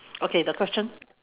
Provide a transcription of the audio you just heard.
okay the question